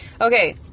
Okay